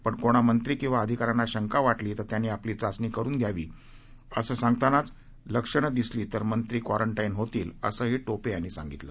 पण कोणा मंत्री किंवा अधिकाऱ्यांना शंका वा झि तर त्यांनी आपली चाचणी करुन घ्यावी असं सांगतानाच लक्षण दिसली तर मंत्री क्वारंतोईन होतील असंही सिंपे यांनी सांगितलं